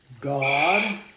God